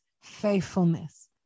faithfulness